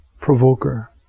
provoker